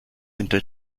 into